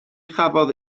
chafodd